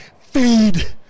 feed